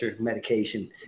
medication